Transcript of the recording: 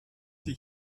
sie